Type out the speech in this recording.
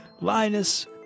Linus